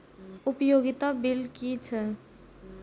उपयोगिता बिल कि छै?